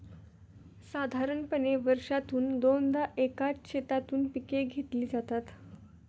साधारणपणे वर्षातून दोनदा एकाच शेतातून पिके घेतली जातात